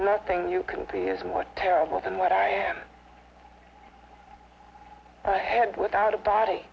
nothing you can see as what terrible than what i am i had without a body